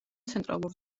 ცენტრალურ